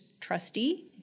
trustee